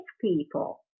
people